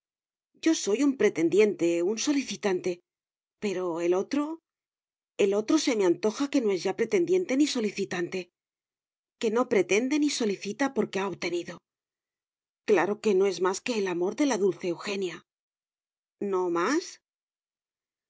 yo soy un pretendiente un solicitante pero el otro el otro se me antoja que no es ya pretendiente ni solicitante que no pretende ni solicita porque ha obtenido claro que no más que el amor de la dulce eugenia no más